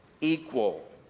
equal